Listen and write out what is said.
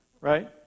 Right